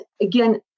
again